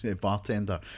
bartender